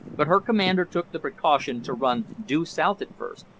but her commander took the precaution to run due south at first,